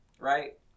right